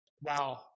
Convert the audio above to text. wow